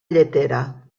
lletera